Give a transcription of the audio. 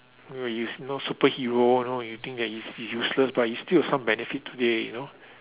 mm you know superhero you know you think that is is useless but it still got some benefit today you know